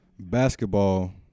Basketball